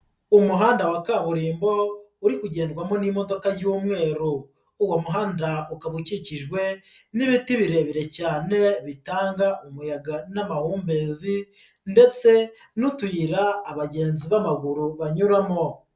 Umuhanda wa kaburimbo uri ugendwamo n'imodoka y'umweru uwo muhanda ukaba ukikijwe n'ibiti birebire cyane bitanga umuyaga n'amahumbezi ndetse n'utuyira abagenzi b'amaguru banyuramo.